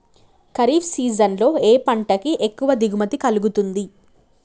Kharif season లో ఏ పంట కి ఎక్కువ దిగుమతి కలుగుతుంది?